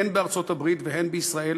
הן בארצות-הברית והן בישראל,